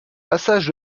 passage